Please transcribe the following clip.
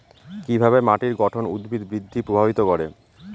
কিভাবে মাটির গঠন উদ্ভিদ বৃদ্ধি প্রভাবিত করে?